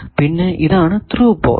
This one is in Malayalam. പിന്നെ ഇതാണ് ത്രൂ പോർട്ട്